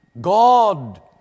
God